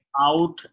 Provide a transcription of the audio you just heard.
Out